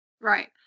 right